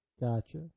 Gotcha